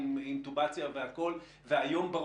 והיום,